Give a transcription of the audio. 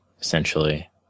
essentially